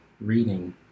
reading